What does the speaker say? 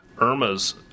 Irma's